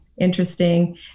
interesting